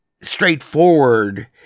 straightforward